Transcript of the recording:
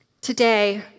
Today